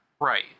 Right